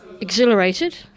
exhilarated